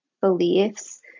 beliefs